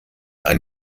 ein